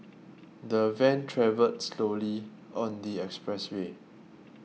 the van travelled slowly on the expressway